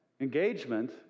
engagement